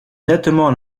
nettement